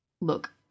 look